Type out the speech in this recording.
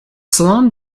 salon